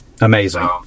Amazing